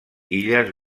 illes